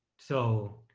so